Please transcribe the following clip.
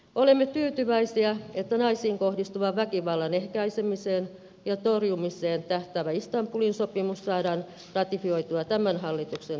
olemme tyytyväisiä että naisiin kohdistuvan väkivallan ehkäisemiseen ja torjumiseen tähtäävä istanbulin sopimus saadaan ratifioitua tämän hallituksen toimesta